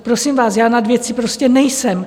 Prosím vás, já nad věcí prostě nejsem.